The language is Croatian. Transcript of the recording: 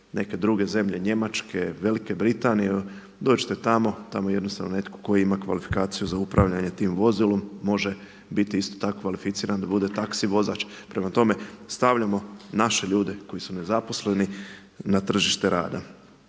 neke druge zemlje Njemačke, Veliku Britaniju, dođete tamo, tamo jednostavno netko tko ima kvalifikaciju za upravljanje tim vozilom može biti isto tako kvalificiran da bude taksi vozač. Prema tome stavljamo naše ljude koji su nezaposleni na tržište rada.